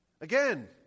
Again